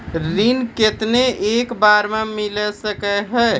ऋण केतना एक बार मैं मिल सके हेय?